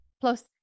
Plus